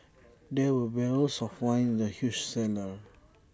there were barrels of wine in the huge cellar